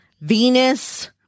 Venus